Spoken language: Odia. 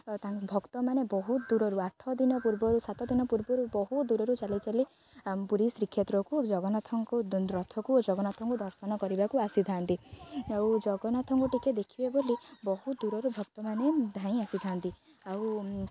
ତାଙ୍କ ଭକ୍ତମାନେ ବହୁତ ଦୂରରୁ ଆଠ ଦିନ ପୂର୍ବରୁ ସାତ ଦିନ ପୂର୍ବରୁ ବହୁତ ଦୂରରୁ ଚାଲି ଚାଲି ପୁରୀ ଶ୍ରୀକ୍ଷେତ୍ରକୁ ଜଗନ୍ନାଥଙ୍କୁ ରଥକୁ ଜଗନ୍ନାଥଙ୍କୁ ଦର୍ଶନ କରିବାକୁ ଆସିଥାନ୍ତି ଆଉ ଜଗନ୍ନାଥଙ୍କୁ ଟିକେ ଦେଖିବେ ବୋଲି ବହୁତ ଦୂରରୁ ଭକ୍ତମାନେ ଧାଇଁ ଆସିଥାନ୍ତି ଆଉ